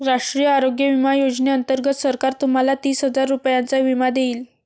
राष्ट्रीय आरोग्य विमा योजनेअंतर्गत सरकार तुम्हाला तीस हजार रुपयांचा विमा देईल